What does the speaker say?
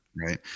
Right